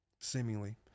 seemingly